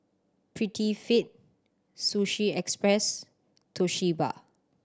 Prettyfit Sushi Express Toshiba